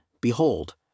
Behold